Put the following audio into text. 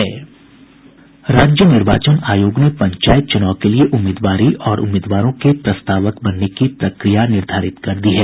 राज्य निर्वाचन आयोग ने पंचायत चूनाव के लिए उम्मीदवारी और उम्मीदवारों के प्रस्तावक बनने की प्रक्रिया निर्धारित कर दी है